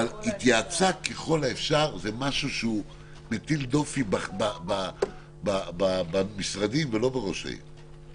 אבל התייעצה ככל האפשר זה משהו שמטיל דופי במשרדים ולא בראש העיר,